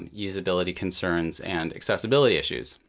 and usability concerns, and accessibility issues.